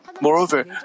Moreover